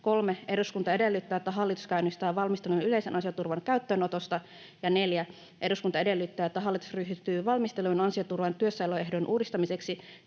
3. ”Eduskunta edellyttää, että hallitus käynnistää valmistelun yleisen ansioturvan käyttöönotosta.” 4. ”Eduskunta edellyttää, että hallitus ryhtyy valmisteluun ansioturvan työssäoloehdon uudistamiseksi